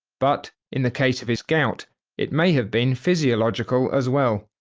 but in the case of his gout it may have been physiological as well.